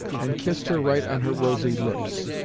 and kissed her right on her rosy lips!